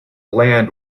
land